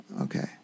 Okay